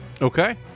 Okay